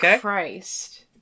Christ